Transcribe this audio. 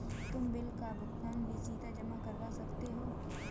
तुम बिल का भुगतान भी सीधा जमा करवा सकते हो